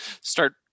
start